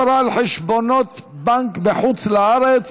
הצהרה על חשבונות בנק בחוץ לארץ),